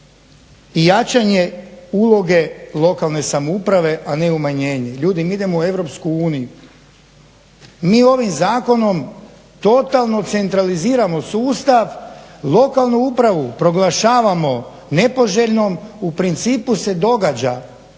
i jačanje uloge lokalne samouprave, a ne umanjenje. Ljudi mi idemo u EU, mi ovim zakonom totalno centraliziramo sustav, lokalnu upravu proglašavamo nepoželjnom u principu se događa